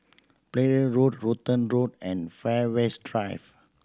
play Road Rutland Road and Fairways Drive